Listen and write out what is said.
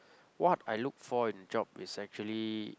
what I look for in a job is actually